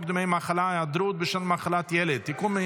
דמי מחלה (היעדרות בשל מחלת ילד) (תיקון,